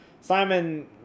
simon